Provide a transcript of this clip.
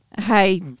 hey